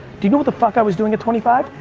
do you know what the fuck i was doing at twenty five?